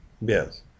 Yes